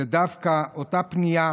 זה דווקא אותה פנייה